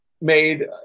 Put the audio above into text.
made